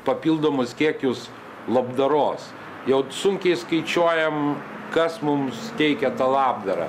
papildomus kiekius labdaros jau sunkiai skaičiuojam kas mums teikia tą labdarą